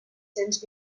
cents